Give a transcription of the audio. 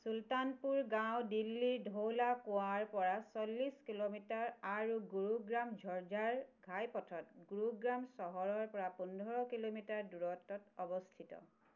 চুলতানপুৰ গাঁও দিল্লীৰ ধৌলা কুৱাৰ পৰা চল্লিছ কিলোমিটাৰ আৰু গুৰুগ্ৰাম ঝজ্জাৰ ঘাইপথত গুৰুগ্ৰাম চহৰৰ পৰা পোন্ধৰ কিলোমিটাৰ দূৰত্বত অৱস্থিত